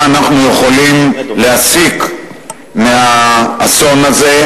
מה אנחנו יכולים להסיק מהאסון הזה,